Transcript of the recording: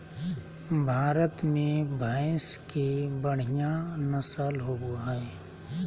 भारत में भैंस के बढ़िया नस्ल होबो हइ